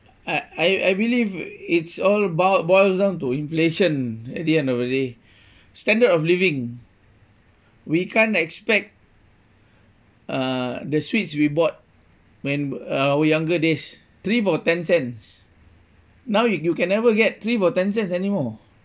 I I I believe it's all about boils down to inflation at the end of the day standard of living we can't expect uh the sweets we bought when our younger days three for ten cents now you can never get three for ten cents anymore